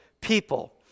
people